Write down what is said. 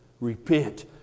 repent